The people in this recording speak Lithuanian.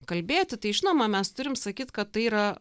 kalbėti tai žinoma mes turim sakyt kad tai yra